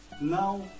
now